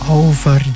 over